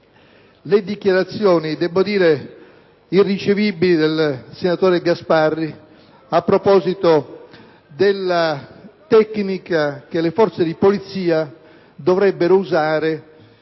le dichiarazioni - debbo dire - irricevibili del senatore Gasparri a proposito della tecnica che le forze di polizia dovrebbero usare